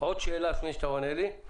עוד שאלה לפני שאתה עונה לי.